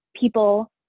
people